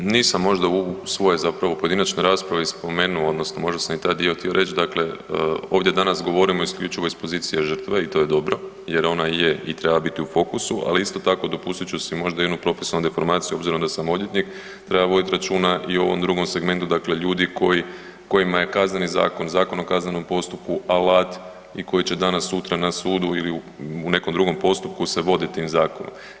Nisam možda u svojoj zapravo u pojedinačnoj raspravi spomenuo, odnosno možda sam i taj dio htio reći, dakle ovdje danas govorimo isključivo iz pozicije žrtve i to je dobro jer ona je i treba biti u fokusu ali isto tako dopustiti ću si možda jednu profesionalnu deformaciju obzirom da sam odvjetnik, treba voditi računa i o ovom drugom segmentu, dakle ljudi kojima je Kazneni zakon, ZKP, alat i koji će danas-sutra na sudu ili u nekom drugom postupku se voditi tim zakonom.